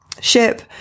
ship